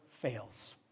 fails